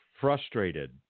frustrated